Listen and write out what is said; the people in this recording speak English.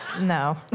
No